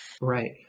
Right